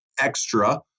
extra